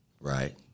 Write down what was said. Right